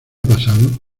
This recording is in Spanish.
pasado